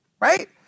Right